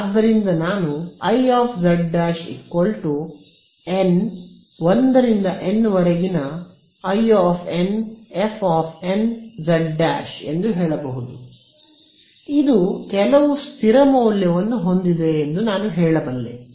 ಆದ್ದರಿಂದ ನಾನು ಐz ' N ∑n 1 InFn z' ಎಂದು ಹೇಳಬಹುದು ಇದು ಕೆಲವು ಸ್ಥಿರ ಮೌಲ್ಯವನ್ನು ಹೊಂದಿದೆ ಎಂದು ನಾನು ಹೇಳಬಲ್ಲೆ